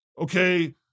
Okay